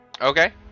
Okay